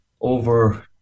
over